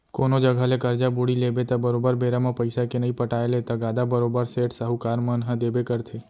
कोनो जघा ले करजा बोड़ी लेबे त बरोबर बेरा म पइसा के नइ पटाय ले तगादा बरोबर सेठ, साहूकार मन ह देबे करथे